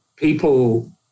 People